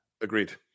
agreed